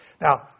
Now